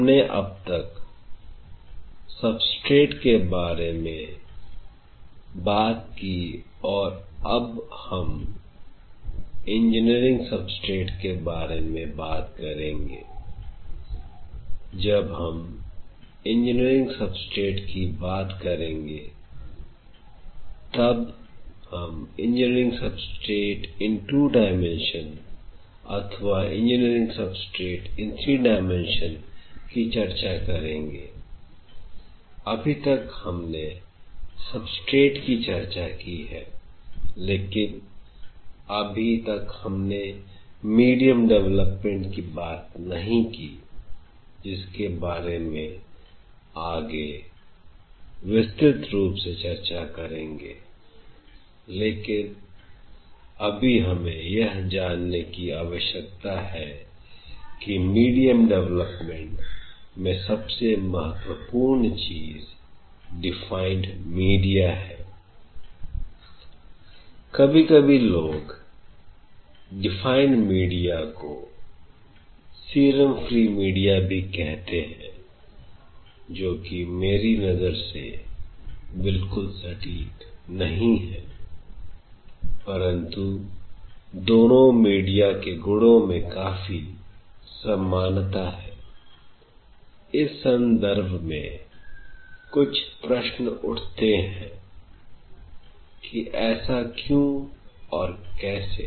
हमने अब तक सब्सट्रेट के बारे में बात की और अब हम इंजीनियरिंग सबस्ट्रेट के बारे में बात करेंगे I जब हम इंजीनियरिंग सबस्ट्रेट की बात करेंगे तब हम इंजीनियरिंग सबस्ट्रेट IN 2 DIMENSION अथवा इंजीनियरिंग सबस्ट्रेट IN 3 DIMENSION की चर्चा करेंगे I अभी तक हमने सबस्ट्रेट की चर्चा की है लेकिन अभी तक हमने मीडियम डेवलपमेंट की बात नहीं की जिसके बारे में आगे विस्तृत रूप से चर्चा करेंगे लेकिन अभी हमें यह जानने की आवश्यकता है की MEDIUM DEVELOPMENT मैं सबसे महत्वपूर्ण चीज DEFINED MEDIA है I कभी कभी लोग DEFINED MEDIA को SERUM FREE MEDIA भी कहते हैं जो कि मेरी नजर से बिल्कुल सटीक नहीं है परंतु दोनों मीडिया के गुणों में काफी समानता है I इस संदर्भ में कुछ प्रश्न उठते हैं कि ऐसा क्यों और कैसे